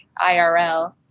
IRL